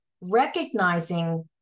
Recognizing